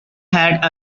had